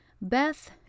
Beth